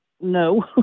No